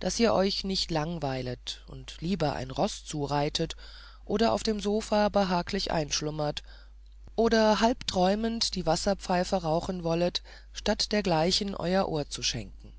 daß ihr euch nicht langweilet und lieber ein roß zureiten oder auf dem sofa behaglich einschlummern oder halb träumend die wasserpfeife rauchen wolltet statt dergleichen euer ohr zu schenken